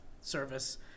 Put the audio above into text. service